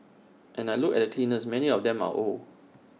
and I look at the cleaners many of them are old